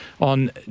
on